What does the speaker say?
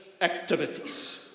activities